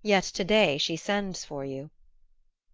yet to-day she sends for you